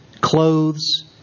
clothes